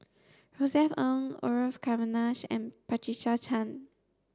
Josef Ng Orfeur Cavenagh and Patricia Chan